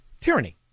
tyranny